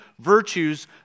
virtues